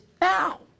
now